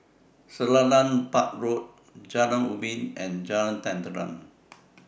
Selarang Park Road Jalan Ubi and Jalan Tenteram